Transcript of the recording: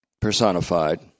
personified